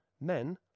Men